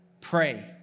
Pray